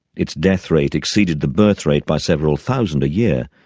its death rate exceeded the birth rate by several thousand a year.